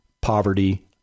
poverty